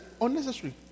unnecessary